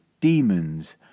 demons